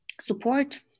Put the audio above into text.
support